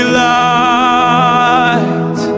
light